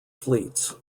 fleets